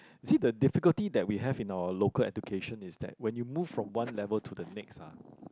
you see the difficulty that we have in our local education is that when you move from one level to the next ah